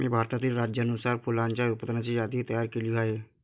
मी भारतातील राज्यानुसार फुलांच्या उत्पादनाची यादी तयार केली आहे